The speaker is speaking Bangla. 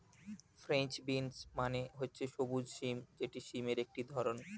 ফ্রেঞ্চ বিনস মানে হচ্ছে সবুজ সিম যেটি সিমের একটি ধরণ